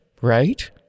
right